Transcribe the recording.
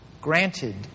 Granted